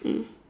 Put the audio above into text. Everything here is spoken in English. mm